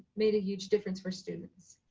made a huge difference for students.